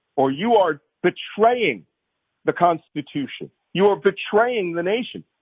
or you are betraying the constitution. you are betraying the nation.